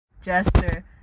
Jester